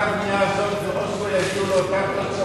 הרי הקפאת הבנייה הזאת ואוסלו יגיעו לאותן תוצאות,